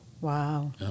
Wow